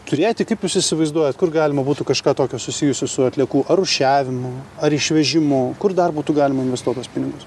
turėti kaip jūs įsivaizduojat kur galima būtų kažką tokio susijusiu su atliekų ar rūšiavimu ar išvežimu kur dar būtų galima investuot tuos pinigus